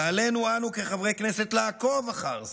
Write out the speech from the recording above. ועלינו כחברי כנסת לעקוב אחר זה.